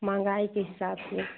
महँगाई के हिसाब से